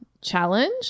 challenge